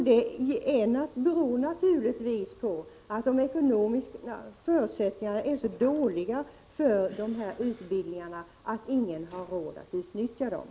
Det beror naturligtvis på att de ekonomiska förutsättningarna är så dåliga i fråga om denna utbildning att ingen har råd att utnyttja den.